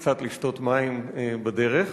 קצת לשתות מים בדרך.